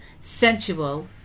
sensual